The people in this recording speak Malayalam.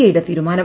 എ യുടെ തീരുമാനം